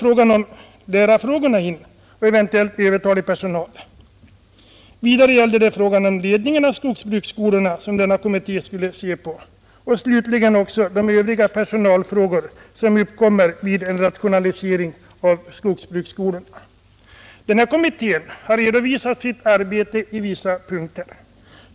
Frågan om lärare och eventuellt övertalig personal kommer här in i bilden. Kommittén skall även se på frågan om ledningen av skogsbruksskolorna och slutligen de övriga personalfrågor som uppkommer vid en rationalisering av skogsbruksskolorna. Denna kommitté har redovisat sitt arbete i vissa punkter.